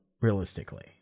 realistically